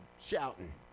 shouting